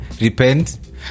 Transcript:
repent